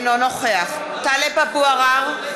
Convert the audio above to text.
אינו נוכח טלב אבו עראר,